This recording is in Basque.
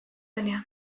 denean